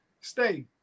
stay